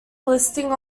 listing